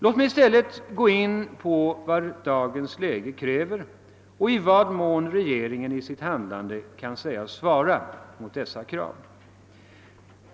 Låt mig i stället säga några ord om vad dagens läge kräver och i vad mån regeringen i sitt handlande kan sägas svara mot dessa krav.